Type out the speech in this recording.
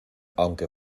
aunque